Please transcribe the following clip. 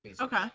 Okay